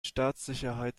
staatssicherheit